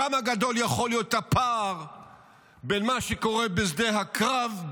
כמה גדול יכול להיות הפער בין מה שקורה בשדה הקרב,